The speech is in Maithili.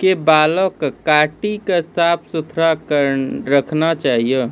के बाल कॅ काटी क साफ सुथरा रखना चाहियो